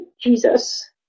Jesus